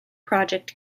project